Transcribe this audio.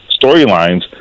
storylines